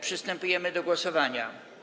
Przystępujemy do głosowania.